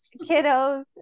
kiddos